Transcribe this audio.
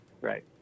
Right